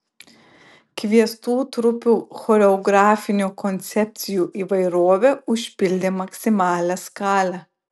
kviestų trupių choreografinių koncepcijų įvairovė užpildė maksimalią skalę